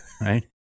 right